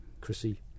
Chrissy